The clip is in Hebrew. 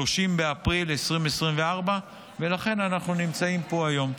30 באפריל 2024. לכן אנחנו נמצאים פה היום.